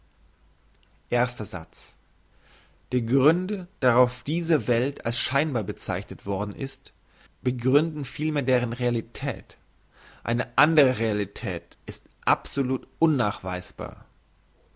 erster satz die gründe darauf hin diese welt als scheinbar bezeichnet worden ist begründen vielmehr deren realität eine andre art realität ist absolut